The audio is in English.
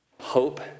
hope